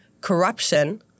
corruption